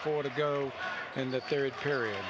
four to go in the third period